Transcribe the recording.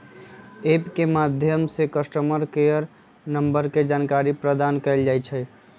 app के माध्यम से कस्टमर केयर नंबर के जानकारी प्रदान कएल जाइ छइ